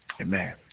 Amen